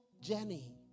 Jenny